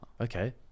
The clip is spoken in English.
Okay